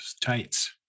tights